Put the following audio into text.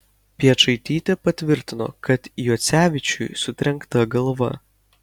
piečaitytė patvirtino kad juocevičiui sutrenkta galva